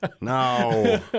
No